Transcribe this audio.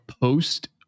post